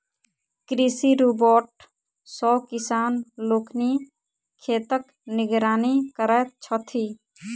कृषि रोबोट सॅ किसान लोकनि खेतक निगरानी करैत छथि